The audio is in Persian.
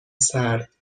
سرد